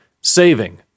saving